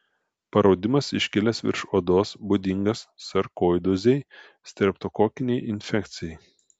paraudimas iškilęs virš odos būdingas sarkoidozei streptokokinei infekcijai